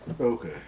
Okay